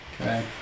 Okay